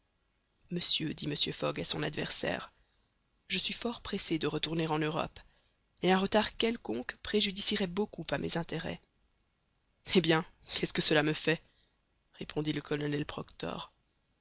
monsieur dit mr fogg à son adversaire je suis fort pressé de retourner en europe et un retard quelconque préjudicierait beaucoup à mes intérêts eh bien qu'est-ce que cela me fait répondit le colonel proctor